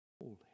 holy